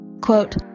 Quote